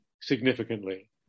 significantly